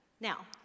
Now